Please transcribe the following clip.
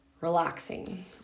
relaxing